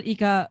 Ika